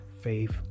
faith